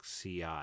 CI